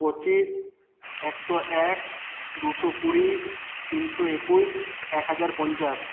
পঁচিশ একশো এক দুশো কুড়ি তিনশো একুশ এক হাজার পঞ্চাশ